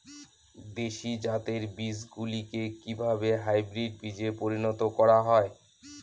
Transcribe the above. দেশি জাতের বীজগুলিকে কিভাবে হাইব্রিড বীজে পরিণত করা হয়?